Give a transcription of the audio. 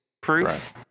proof